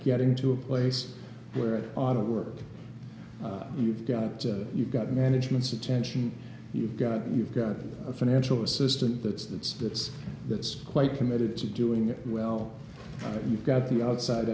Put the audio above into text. getting to a place where a lot of work you've got you've got management's attention you've got you've got a financial assistant that's that's that's that's quite committed to doing that well you've got the outside